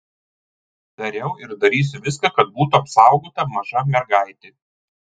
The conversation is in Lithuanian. dariau ir darysiu viską kad būtų apsaugota maža mergaitė